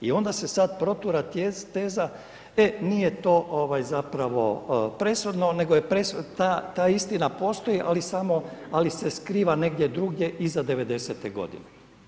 I onda se sad protura teza e nije to zapravo presudno, nego ta istina postoji ali samo, ali se skriva negdje drugdje iza devedesete godine.